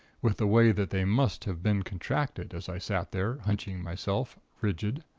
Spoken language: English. with the way that they must have been contracted, as i sat there, hunching myself, rigid.